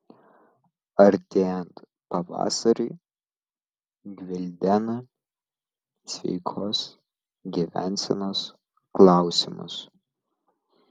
artėjant pavasariui gvildena sveikos gyvensenos klausimus